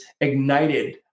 ignited